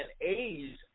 age